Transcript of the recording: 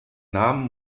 namen